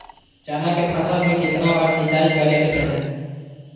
चना के फसल में कितना बार सिंचाई करें के चाहि?